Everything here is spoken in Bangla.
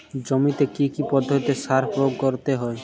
জমিতে কী কী পদ্ধতিতে সার প্রয়োগ করতে হয়?